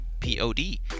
p-o-d